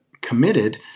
committed